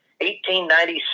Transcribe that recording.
1896